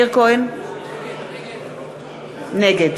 נגד